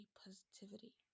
positivity